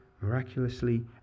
miraculously